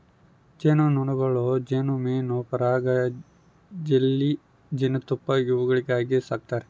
ಜೇನು ನೊಣಗಳನ್ನು ಜೇನುಮೇಣ ಪರಾಗ ಜೆಲ್ಲಿ ಜೇನುತುಪ್ಪ ಇವುಗಳಿಗಾಗಿ ಸಾಕ್ತಾರೆ